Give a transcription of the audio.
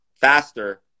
faster